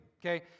Okay